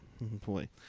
boy